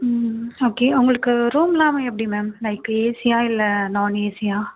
ம் ம் ஓகே உங்களுக்கு ரூம்லாம் எப்படி மேம் லைக் ஏசியா இல்லை நான் ஏசியா